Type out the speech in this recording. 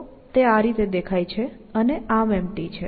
તો આ રીતે દેખાય છે અને ArmEmpty છે